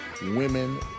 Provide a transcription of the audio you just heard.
Women